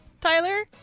Tyler